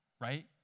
Right